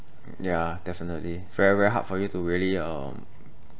yeah definitely very very hard for you to really um